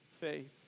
faith